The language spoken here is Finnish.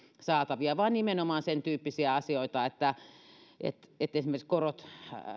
saatavia vaan nimenomaan sen tyyppisiä asioita että esimerkiksi korot